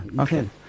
okay